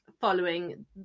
following